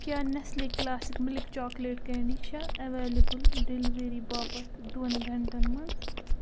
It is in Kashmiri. کیٛاہ Nestle classic milk chocolate candy چھا اٮ۪ویلیبٕل ڈِلؤری باپتھ دۄن گنٛٹَن منٛز